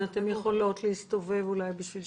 האם קיימת חובת ניהול ושמירת פרוטוקול של כל